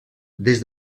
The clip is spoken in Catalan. des